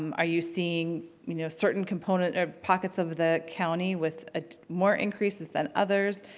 um are you seeing you know certain components or pockets of the county with ah more increase than others?